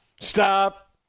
Stop